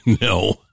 No